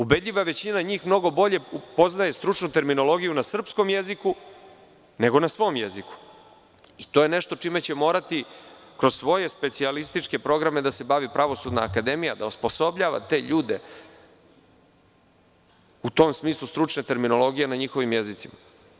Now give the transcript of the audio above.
Ubedljiva većina njih mnogo bolje poznaje stručnu terminologiju na srpskom jeziku nego na svom jeziku i to je nešto čime će morati kroz svoje specijalističke programe da se bavi Pravosudna akademija, da osposobljava te ljude, u tom smislu stručne terminologije na njihovim jezicima.